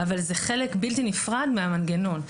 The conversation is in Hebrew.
אבל זה חלק בלתי נפרד מהמנגנון.